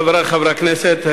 חברי חברי הכנסת,